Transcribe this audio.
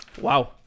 Wow